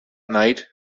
night